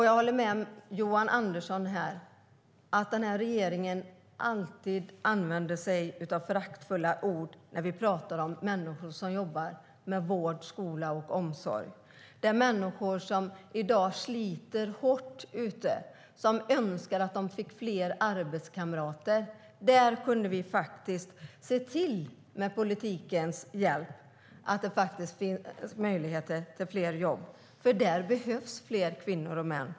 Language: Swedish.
Jag håller med Johan Andersson: Den här regeringen använder sig alltid av föraktfulla ord när vi pratar om människor som jobbar med vård, skola och omsorg. Det är människor som i dag sliter hårt där ute och önskar att de fick fler arbetskamrater. Där kunde vi faktiskt - med politikens hjälp - se till att det blev möjlighet till fler jobb. Där behövs fler kvinnor och män.